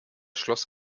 schloss